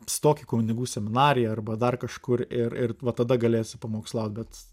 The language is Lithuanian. stok į kunigų seminariją arba dar kažkur ir ir va tada galėsi pamokslaut bet